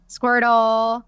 Squirtle